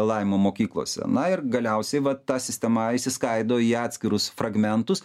lavinimo mokyklose na ir galiausiai va ta sistema išsiskaido į atskirus fragmentus